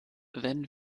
wenn